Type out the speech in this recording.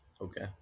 okay